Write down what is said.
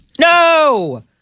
No